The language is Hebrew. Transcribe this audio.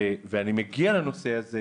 ואני מגיע לנושא הזה